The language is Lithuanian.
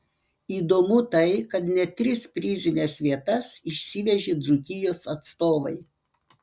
įdomu tai kad net tris prizines vietas išsivežė dzūkijos atstovai